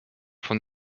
von